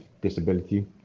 disability